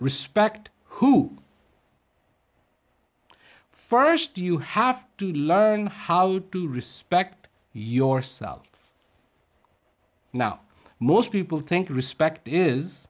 respect who first you have to learn how to respect yourself now most people think respect is